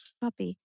puppy